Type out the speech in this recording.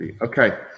okay